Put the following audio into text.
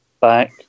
back